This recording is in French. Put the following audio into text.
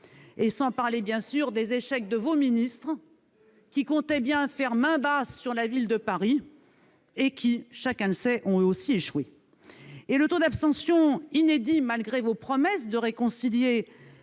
sans parler, bien sûr, des échecs de vos ministres, qui comptaient bien faire main basse sur la ville de Paris et qui, comme chacun le sait, ont eux aussi échoué. Le taux d'abstention inédit, malgré vos promesses de réconcilier